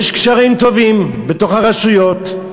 יש קשרים טובים, בתוך הרשויות,